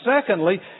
secondly